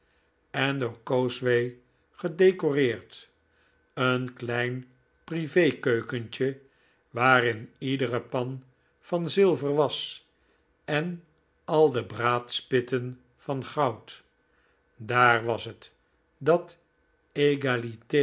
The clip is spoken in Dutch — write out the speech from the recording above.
en door cosway gedecoreerd een klein prive keukentje waarin iedere pan van zilver was en al de braadspitten van goud daar was het dat egalite